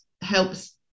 helps